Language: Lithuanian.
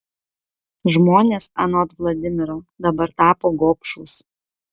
žmonės anot vladimiro dabar tapo gobšūs